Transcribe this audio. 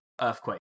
earthquake